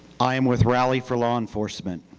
i am with rally for law enforcement,